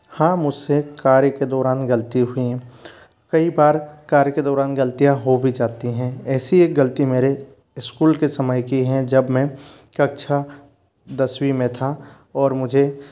हाँ मुझसे कार्य के दौरान गलती हुईं हैं कई बार कार्य के दौरान गलतियाँ हो भी जाती हैं ऐसी एक गलती मेरे इस्कूल के समय की हैं जब मैं कक्षा दसवीं में था और मुझे